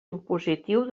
impositiu